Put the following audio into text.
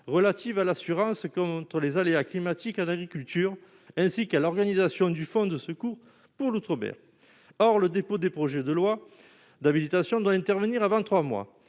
relative à l'assurance contre les aléas climatiques à l'agriculture, ainsi qu'à l'organisation du fonds de secours pour l'Outre-mer, or le dépôt du projet de loi d'habilitation doit intervenir avant 3 mois,